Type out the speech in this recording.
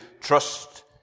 trust